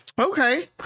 Okay